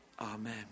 Amen